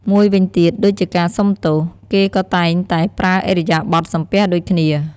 មួយវិញទៀតដូចជាការសុំទោស គេក៏តែងតែប្រើឥរិយាបទសំពះដូចគ្នា។